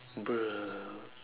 bruh